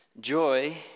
Joy